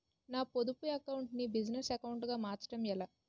నా పొదుపు అకౌంట్ నీ బిజినెస్ అకౌంట్ గా మార్చడం ఎలా?